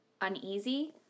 uneasy